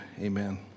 amen